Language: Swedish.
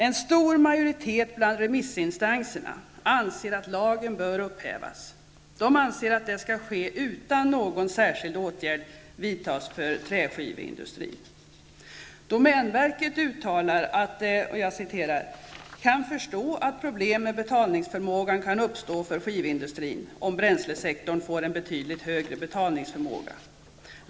En stor majoritet bland remissinstanserna anser att lagen bör upphävas och att detta bör ske utan att någon särskild åtgärd vidtas för träskiveindustrin. Domänverket uttalar att det ''kan förstå att problem med betalningsförmågan kan uppstå för skivindustrin om bränslesektorn får en betydligt högre betalningsförmåga.